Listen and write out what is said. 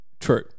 true